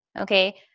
Okay